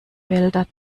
wälder